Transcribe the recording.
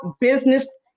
business